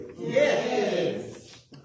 Yes